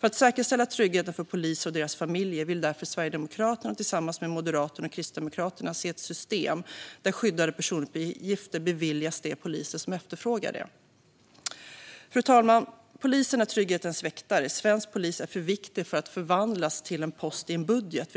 För att säkerställa tryggheten för poliser och deras familjer vill därför Sverigedemokraterna tillsammans med Moderaterna och Kristdemokraterna se ett system där skyddade personuppgifter beviljas de poliser som efterfrågar det. Fru talman! Polisen är trygghetens väktare. Svensk polis är för viktig för att förvandlas till en post i en budget.